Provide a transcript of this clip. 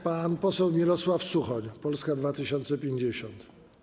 Pan poseł Mirosław Suchoń, Polska 2050.